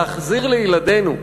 להחזיר לילדינו,